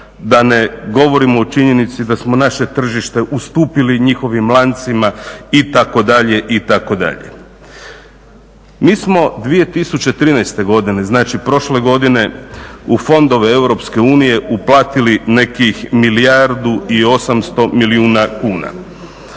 da ne govorimo o činjenici da smo naše tržište ustupili njihovim lancima itd., itd. Mi smo 2013. godine, znači prošle godine, u fondove Europske unije uplatili nekih milijardu i 800 milijuna kuna.